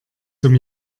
zum